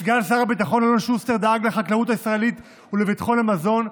סגן שר הביטחון אלון שוסטר דאג לחקלאות הישראלית ולביטחון המזון,